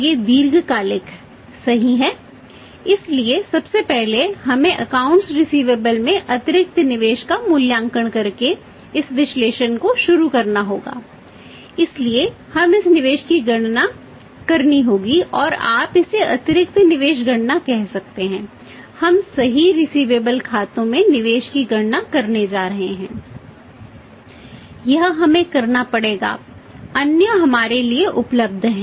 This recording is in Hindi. यह हमें करना पड़ेगा अन्य हमारे लिए उपलब्ध है खाता रिसिवेबल निवेश के अलावा अन्य हमारे लिए उपलब्ध है